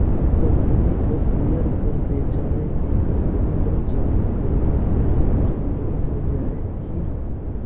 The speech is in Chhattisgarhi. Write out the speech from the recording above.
कंपनी कर सेयर कर बेंचाए ले कंपनी ल चालू करे बर पइसा कर जुगाड़ होए जाही